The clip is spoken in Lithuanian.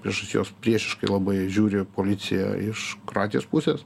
priešais juos priešiškai labai žiūri policija iš kroatijos pusės